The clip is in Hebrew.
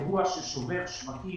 אירוע ששובר שווקים,